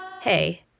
Hey